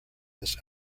this